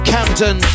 Camden